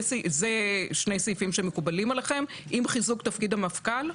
זה שני סעיפים שמקובלים עליכם עם חיזוק תפקיד המפכ"ל?